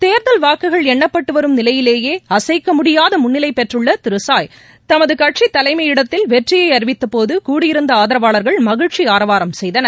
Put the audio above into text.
தேர்தல் வாக்குகள் எண்ணப்பட்டு வரும் நிலையிலேயே அசைக்க முடியாத முன்னிலை பெற்றுள்ள திருமதி ட்சாய் தமது கட்சி தலைமயிடத்தில் வெற்றியை அறிவித்தபோது கூடியிருந்த ஆதரவாளர்கள் மகிழ்ச்சி ஆரவாரம் செய்தனர்